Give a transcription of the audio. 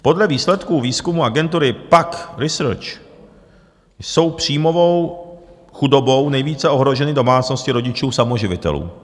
Podle výsledků výzkumu agentury PAQ Research jsou příjmovou chudobou nejvíce ohroženy domácnosti rodičů samoživitelů.